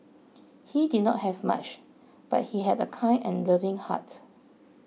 he did not have much but he had a kind and loving heart